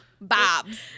Bobs